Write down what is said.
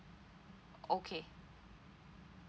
okay